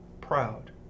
proud